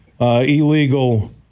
illegal